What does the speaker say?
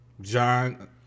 John